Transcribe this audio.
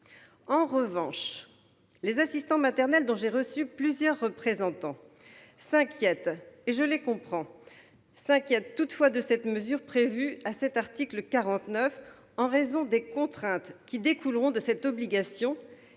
En revanche, les assistants maternels, dont j'ai reçu plusieurs représentants, s'inquiètent- et je les comprends -de la mesure prévue à l'article 49, en raison des contraintes qui découleront de cette obligation